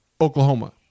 Oklahoma